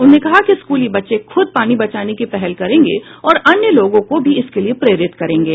उन्होंने कहा कि स्कूली बच्चे खूद पानी बचाने की पहल करेंगे और अन्य लोगों को भी इसके लिए प्रेरित करेंगे